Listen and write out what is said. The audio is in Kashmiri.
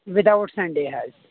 وِد آوُٹ سنڈے حظ